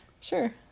sure